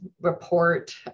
report